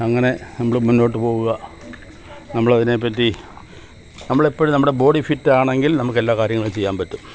അങ്ങനെ നമ്മള് മുന്നോട്ട് പോവുക നമ്മളതിനെപ്പറ്റി നമ്മൾ എപ്പോഴും നമ്മുടെ ബോഡി ഫിറ്റാണെങ്കിൽ നമുക്കെല്ലാ കാര്യങ്ങളും ചെയ്യാന് പറ്റും